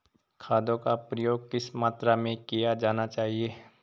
खादों का प्रयोग किस मात्रा में किया जाना चाहिए?